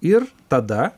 ir tada